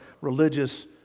religious